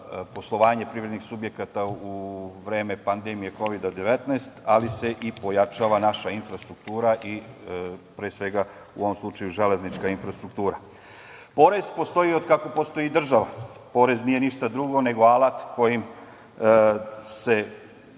poslovanje privrednih subjekata u vreme pandemije Kovida 19, ali se i pojačava naša infrastruktura i pre svega u ovom slučaju železnička infrastruktura. Porez postoji od kako postoji i država. Porez nije ništa drugo nego alat kojim se